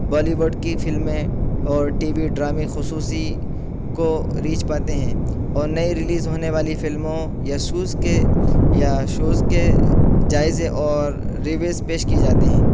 بالیووڈ کی فلمیں اور ٹی وی ڈرامے خصوصی کوریچ پاتے ہیں اور نئی ریلیز ہونے والی فلموں یا شوز کے یا شوز کے جائزے اور ریویز پیش کی جاتے ہیں